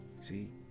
See